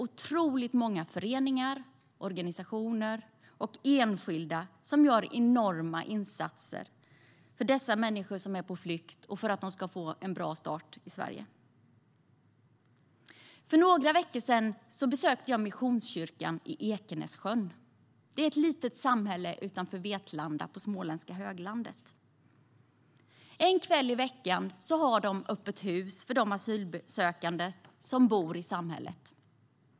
Otroligt många föreningar, organisationer och enskilda gör enorma insatser för att dessa människor som är på flykt ska få en bra start i Sverige. För några veckor sedan besökte jag Ekenässjöns Missionskyrka. Ekenässjön är ett litet samhälle utanför Vetlanda på Småländska höglandet. En kväll i veckan har missionskyrkan öppet hus för de asylsökande som bor i samhället.